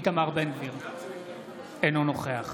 אינו נוכח